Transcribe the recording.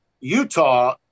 Utah